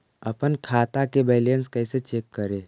अपन खाता के बैलेंस कैसे चेक करे?